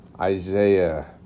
Isaiah